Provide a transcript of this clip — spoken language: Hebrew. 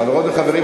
חברות וחברים,